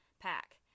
Pack